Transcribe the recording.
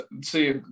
see